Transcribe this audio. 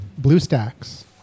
Bluestacks